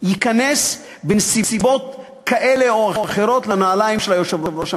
ייכנס בנסיבות כאלה או אחרות לנעליים של היושב-ראש המכהן.